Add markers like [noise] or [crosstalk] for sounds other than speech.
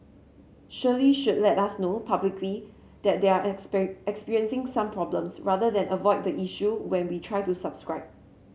surely should let us know publicly that they're [unintelligible] experiencing some problems rather than avoid the issue when we try to subscribe